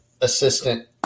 assistant